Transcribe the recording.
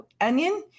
onion